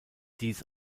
dies